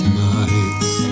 nights